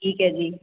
ਠੀਕ ਹੈ ਜੀ